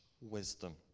wisdom